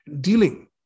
dealing